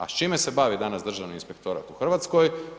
A s čime se bavi danas Državni inspektorat u Hrvatskoj?